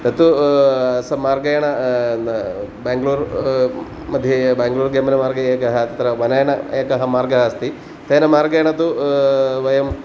तत्तु सम्मार्गेण बाङ्गलूर् मध्ये बेङ्गलूर् गमनमार्गे एकः तत्र वनेन एकः मार्गः अस्ति तेन मार्गेण तु वयं